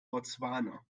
botswana